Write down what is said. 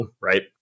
right